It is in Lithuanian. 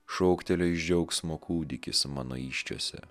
šoktelėjo iš džiaugsmo kūdikis mano įsčiose